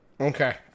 okay